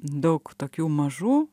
daug tokių mažų